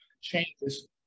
changes